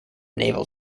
naval